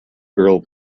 girl